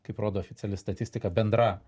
kaip rodo oficiali statistika bendra